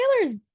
Taylor's